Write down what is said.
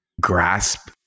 grasp